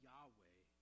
Yahweh